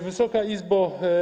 Wysoka Izbo!